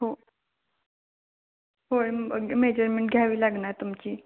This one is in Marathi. हो होय मेजरमेन्ट घ्यावी लागणार तुमची